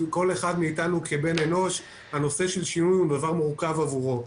כל אחד מאתנו כבן אנוש הנושא של שינוי הוא דבר מורכב עבורו,